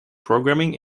programming